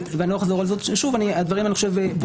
אני לא אחזור על זה שוב, אני חושב שהדברים ברורים.